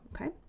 okay